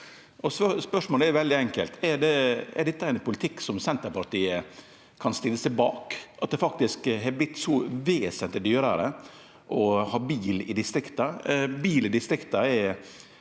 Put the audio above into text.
spørsmålet er veldig enkelt: Er dette ein politikk som Senterpartiet kan stille seg bak, at det faktisk har vorte vesentleg dyrare å ha bil i distrikta? Bil i distrikta er